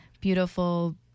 beautiful